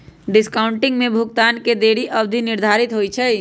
discounting में भुगतान में देरी के अवधि निर्धारित होइ छइ